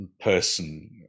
person